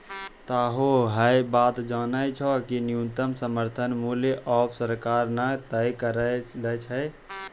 तोहों है बात जानै छौ कि न्यूनतम समर्थन मूल्य आबॅ सरकार न तय करै छै